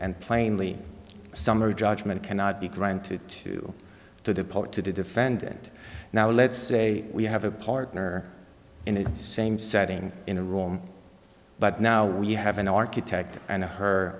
and plainly summary judgment cannot be granted to to the public to the defendant now let's say we have a partner in the same setting in a room but now we have an architect and her